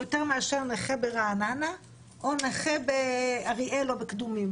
או יותר מאשר נכה ברעננה או נכה באריאל או בקדומים.